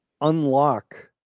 unlock